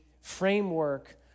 framework